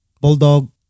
bulldog